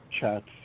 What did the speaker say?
chats